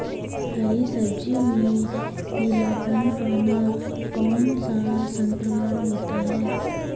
हरी सब्जी में पीलापन आना कौन सा संक्रमण होता है?